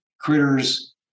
critters